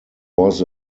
was